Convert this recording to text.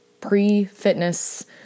pre-fitness